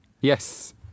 Yes